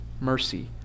mercy